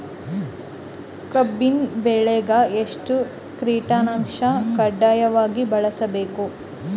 ಕಬ್ಬಿನ್ ಬೆಳಿಗ ಎಷ್ಟ ಕೀಟನಾಶಕ ಕಡ್ಡಾಯವಾಗಿ ಬಳಸಬೇಕು?